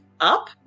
up